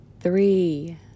three